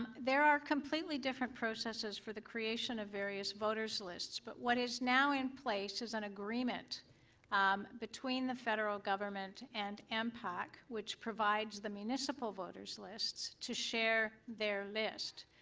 there are completely different processes for the creation of various voter so lists. but what is now in place is an agreement um between the federal government and m pack which provides the municipal voter so list to share their list.